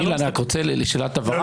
שאלת הבהרה